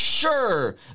sure